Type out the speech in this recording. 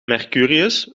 mercurius